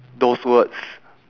those words